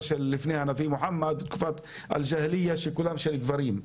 של לפני הנביא מוחמד שכולם של גברים,